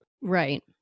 Right